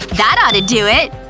that ought to do it!